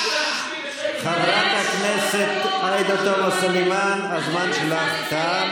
חברת הכנסת עאידה תומא סלימאן, הזמן שלך תם.